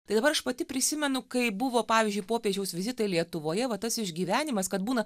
tai dabar aš pati prisimenu kai buvo pavyzdžiui popiežiaus vizitai lietuvoje va tas išgyvenimas kad būna